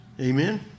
Amen